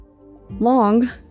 Long